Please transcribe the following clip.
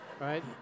right